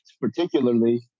particularly